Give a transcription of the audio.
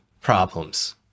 problems